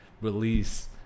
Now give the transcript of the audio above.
release